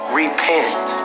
repent